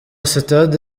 sitade